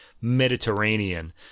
Mediterranean